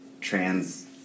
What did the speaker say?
trans